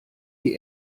die